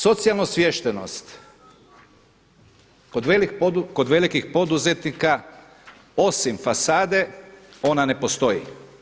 Socijalna osviještenost kod velikih poduzetnika osim fasade, ona ne postoji.